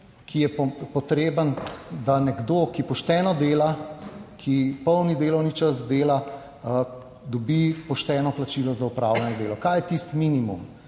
ki je potreben, da nekdo, ki pošteno dela, ki polni delovni čas dela, dobi pošteno plačilo za opravljeno delo. Kaj je tisti minimum?